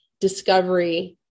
discovery